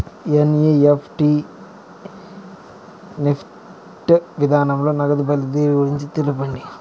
NEFT NEFT విధానంలో నగదు బదిలీ గురించి తెలుపండి?